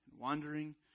wandering